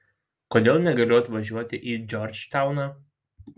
kodėl negaliu atvažiuoti į džordžtauną